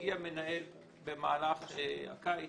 הגיע מנהל במהלך הקיץ.